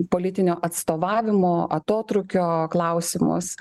politinio atstovavimo atotrūkio klausimus